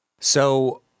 So-